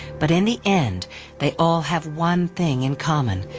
but in the end they all have one thing in common.